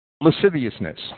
lasciviousness